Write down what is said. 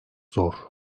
zor